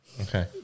Okay